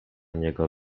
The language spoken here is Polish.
niego